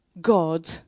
God